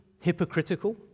hypocritical